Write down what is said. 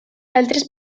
altres